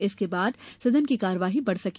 इसके बाद सदन की कार्यवाई बढ़ सकी